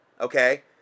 okay